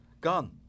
Gone